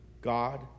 God